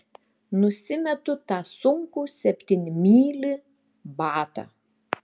nusimetu tą sunkų septynmylį batą